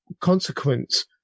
consequence